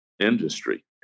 industry